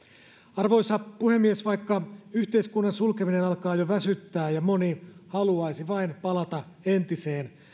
arvoisa puhemies vaikka yhteiskunnan sulkeminen alkaa jo väsyttää ja moni haluaisi vain palata entiseen